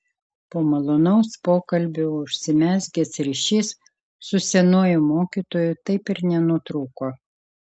po malonaus pokalbio užsimezgęs ryšys su senuoju mokytoju taip ir nenutrūko